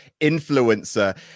influencer